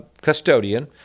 custodian